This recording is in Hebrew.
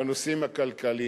בנושאים הכלכליים.